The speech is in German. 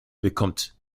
bekommt